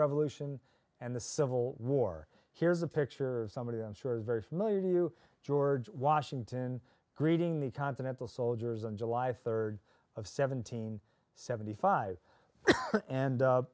revolution and the civil war here's a picture of somebody i'm sure very familiar to you george washington greeting the continental soldiers on july third of seventeen seventy five and